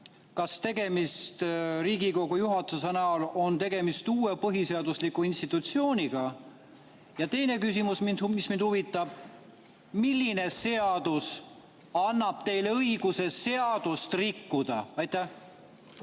Kas Riigikogu juhatuse näol on tegemist uue põhiseadusliku institutsiooniga? Ja teine küsimus, mis mind huvitab: milline seadus annab teile õiguse seadust rikkuda? Aitäh,